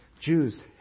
Jews